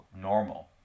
normal